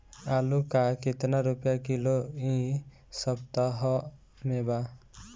आलू का कितना रुपया किलो इह सपतह में बा?